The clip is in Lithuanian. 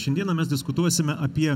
šiandieną mes diskutuosime apie